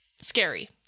scary